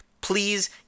please